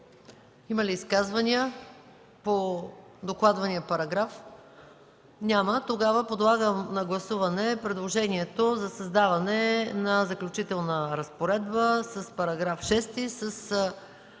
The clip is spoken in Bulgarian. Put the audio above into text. Има ли изказвания по докладвания параграф? Няма. Подлагам на гласуване предложението за създаване на „Заключителна разпоредба” с § 6, със